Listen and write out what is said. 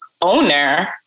owner